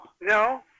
No